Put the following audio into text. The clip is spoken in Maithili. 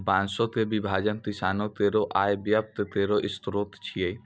बांसों क विभाजन किसानो केरो आय व्यय केरो स्रोत छिकै